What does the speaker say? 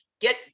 get